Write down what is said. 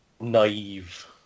Naive